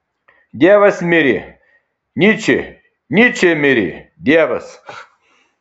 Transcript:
dievas mirė nyčė nyčė mirė dievas